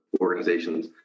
organizations